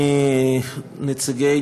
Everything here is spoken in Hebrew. נציגי,